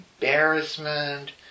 embarrassment